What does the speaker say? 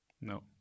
No